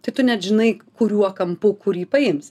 tai net žinai kuriuo kampu kurį paims